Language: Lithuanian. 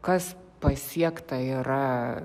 kas pasiekta yra